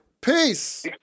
Peace